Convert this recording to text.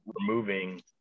removing